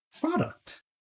product